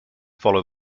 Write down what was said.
follow